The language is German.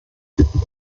weshalb